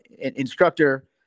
instructor